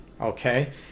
okay